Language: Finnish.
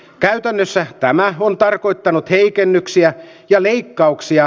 käytännössä tämä on tarkoittanut heikennyksiä ja leikkauksia